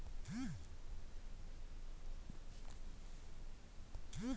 ನ್ಯಾಯಸಮ್ಮತವಾದ ವ್ಯಾಪಾರದಿಂದ ರೈತರು ಮತ್ತು ವ್ಯಾಪಾರಿಗಳ ನಡುವೆ ಉತ್ತಮ ಬಾಂಧವ್ಯ ನೆಲೆಸುತ್ತದೆ